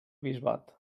bisbat